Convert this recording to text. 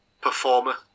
performer